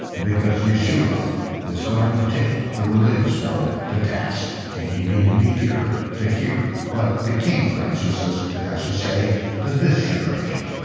because yeshua is going to take the religious world to task, and you need to be here to hear what the king of righteousness has to say to this generation.